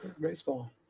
Baseball